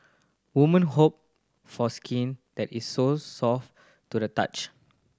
woman hope for skin that is so soft to the touch